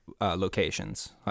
locations